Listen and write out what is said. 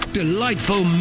delightful